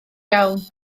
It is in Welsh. iawn